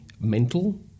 mental